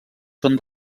són